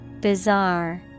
Bizarre